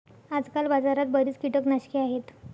आजकाल बाजारात बरीच कीटकनाशके आहेत